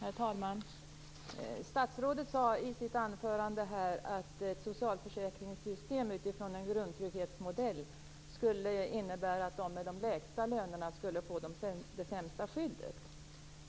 Herr talman! Statsrådet sade i sitt anförande att socialförsäkringssystemets grundtrygghetsmodell skulle innebära att de med de lägsta lönerna skulle få det sämsta skyddet.